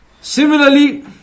Similarly